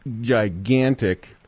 gigantic